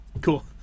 cool